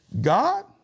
God